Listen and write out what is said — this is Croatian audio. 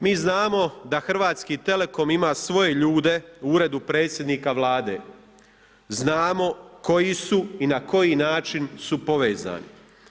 Mi znamo da Hrvatski Telekom ima svoje ljude u Uredu predsjednika Vlade, znamo koji su i na koji način su povezani.